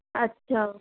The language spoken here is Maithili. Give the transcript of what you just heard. अच्छा